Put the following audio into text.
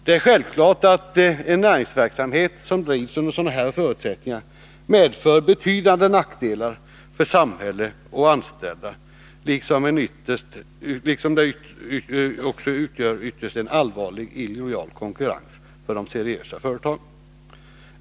Det är självklart att en näringsverksamhet som bedrivs under sådana förutsättningar medför betydande nackdelar för samhälle och anställda, liksom den ytterst också utgör en allvarlig illojal konkurrens för de seriösa företagen.